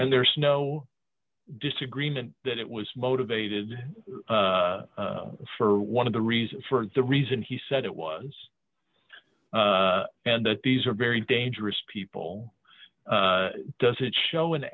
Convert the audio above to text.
and there's no disagreement that it was motivated for one of the reasons for the reason he said it was and that these are very dangerous people doesn't show an